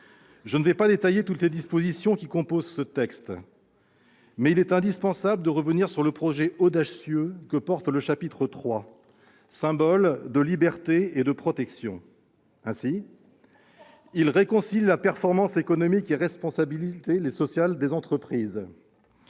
Je ne vais pas détailler toutes les dispositions qui composent ce texte, mais il est indispensable de revenir sur le projet audacieux que porte le chapitre III, symbole de liberté et de protection. Celui-ci réconcilie en effet performance économique et responsabilité sociale des entreprises.